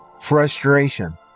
frustration